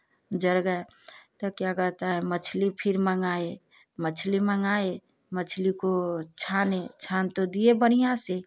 जल गया तो क्या कहता है मछली फिर मँगाए मछली मँगाए मछली को छाने छान तो दिए बढ़िया से